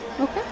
Okay